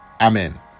Amen